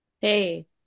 hey